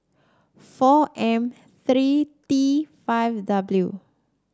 four M three T five W